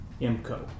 MCO